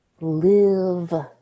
live